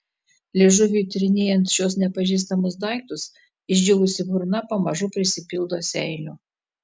liežuviui tyrinėjant šiuos nepažįstamus daiktus išdžiūvusi burna pamažu prisipildo seilių